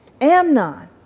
Amnon